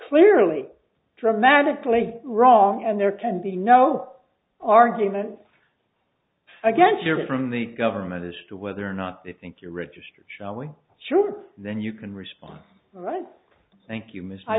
clearly dramatically wrong and there can be no argument against your from the government as to whether or not they think you register shall we sure then you can respond all right thank you m